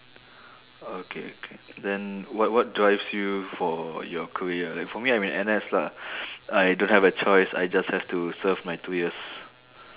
okay okay then what what drives you for your career like for me I'm in N_S lah I don't have a choice I just have to serve my two years